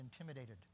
intimidated